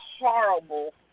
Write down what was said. horrible